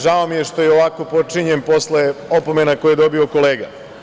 Žao mi je što ja ovako počinjem posle opomena koje je dobio kolega.